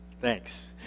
Thanks